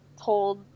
told